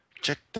Check